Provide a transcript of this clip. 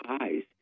eyes